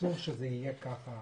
אסור שזה יהיה כך,